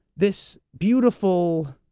this beautiful,